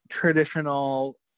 traditional